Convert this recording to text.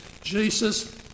Jesus